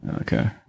Okay